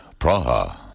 Praha